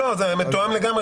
לא, לא, זה מתואם לגמרי.